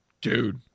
dude